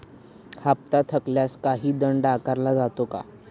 हप्ता थकल्यास काही दंड आकारला जातो का?